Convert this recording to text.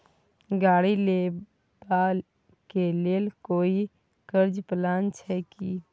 गाड़ी लेबा के लेल कोई कर्ज प्लान छै की?